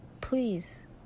please